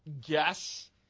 guess